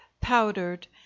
powdered